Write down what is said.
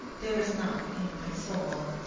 there is not, in my soul,